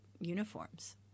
uniforms